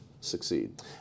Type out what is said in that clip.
succeed